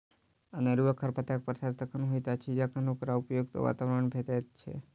अनेरूआ खरपातक प्रसार तखन होइत अछि जखन ओकरा उपयुक्त वातावरण भेटैत छै